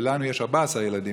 ולנו יש 14 ילדים,